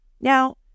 Now